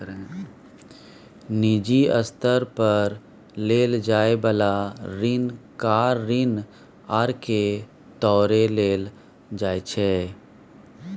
निजी स्तर पर लेल जाइ बला ऋण कार ऋण आर के तौरे लेल जाइ छै